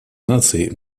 наций